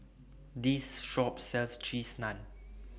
This Shop sells Cheese Naan